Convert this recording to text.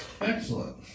Excellent